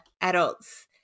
adults